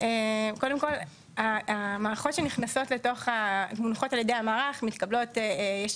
קודם כל המערכות שמונחות על ידי המערך, יש